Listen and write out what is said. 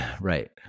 Right